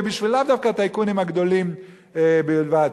ולאו דווקא הטייקונים הגדולים בלבד,